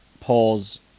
pause